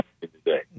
today